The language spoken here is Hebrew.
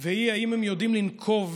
והיא האם הם יודעים לנקוב,